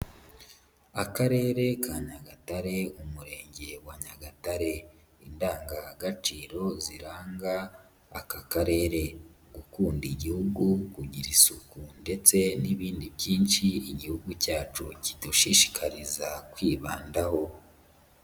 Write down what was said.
Akarere ka Nyagatare umurenge wa Nyagatare, indangagaciro ziranga aka karere, gukunda igihugu, kugira isuku ndetse n'ibindi byinshi igihugu cyacu kidushishikariza kwibandaho.